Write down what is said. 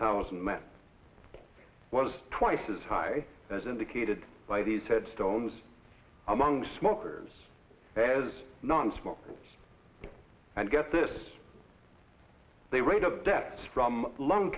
thousand men was twice as high as indicated by these headstones among smokers as nonsmokers and get this they rate of deaths from lung